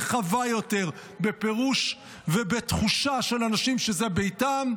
רחבה יותר בפירוש ובתחושה של אנשים שזה ביתם,